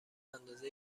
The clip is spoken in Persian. اندازه